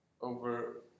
over